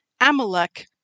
Amalek